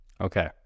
Okay